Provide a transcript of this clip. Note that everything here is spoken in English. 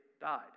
died